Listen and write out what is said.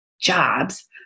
jobs